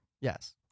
Yes